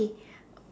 okay